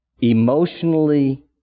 emotionally